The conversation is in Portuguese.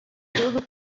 tudo